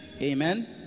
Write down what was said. Amen